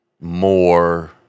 more